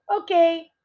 Okay